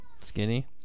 Skinny